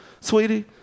sweetie